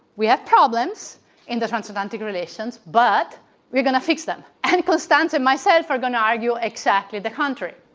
we have problems in the transatlantic relations, but we're going to fix them. and constanze and myself are going to argue exactly the contrary.